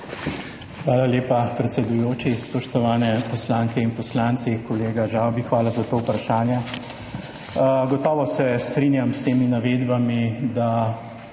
Hvala lepa, predsedujoči. Spoštovane poslanke in poslanci! Kolega Žavbi, hvala za to vprašanje. Gotovo se strinjam s temi navedbami, da